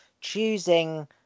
Choosing